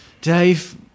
Dave